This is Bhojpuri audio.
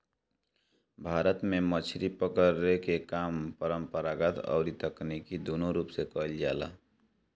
भारत में मछरी पकड़े के काम परंपरागत अउरी तकनीकी दूनो रूप से कईल जाला